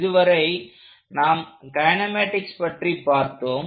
இதுவரை நாம் கைனெமாட்டிக்ஸ் பற்றி பார்த்தோம்